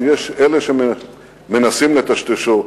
שיש כאלה שמנסים לטשטשו.